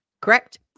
Correct